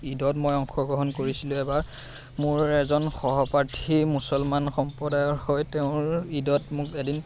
ঈদত মই অংশগ্ৰহণ কৰিছিলোঁ এবাৰ মোৰ এজন সহপাঠী মুছলমান সম্প্ৰদায়ৰ হয় তেওঁৰ ঈদত মোক এদিন